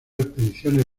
expediciones